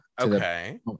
okay